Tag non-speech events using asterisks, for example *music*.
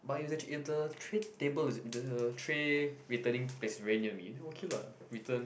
but if actually if the tray table is *noise* the tray returning place is very near me then okay lah return